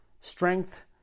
strength